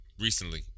recently